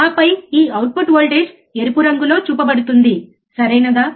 ఆపై ఈ output voltage ఎరుపు రంగులో చూపబడుతుంది సరియైనదా